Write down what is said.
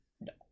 No